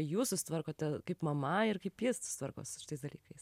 jūs susitvarkote kaip mama ir kaip ji susitvarko su šitais dalykais